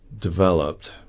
developed